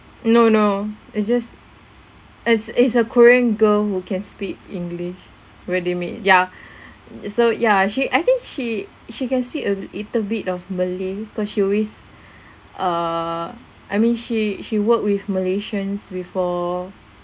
no no it's just as is a korean girl who can speak english where they meet ya so ya she I think she she can speak a little bit of malay because she always err I mean she she worked with malaysians before